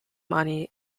money